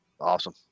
Awesome